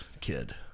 kid